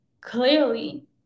clearly